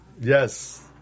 Yes